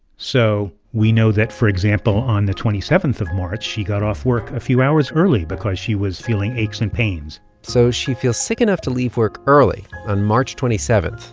so we know that, for example, on the twenty seven of march, she got off work a few hours early because she was feeling aches and pains so she feels sick enough to leave work early on march twenty seven,